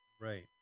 Right